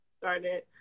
started